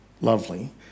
lovely